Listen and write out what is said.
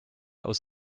aus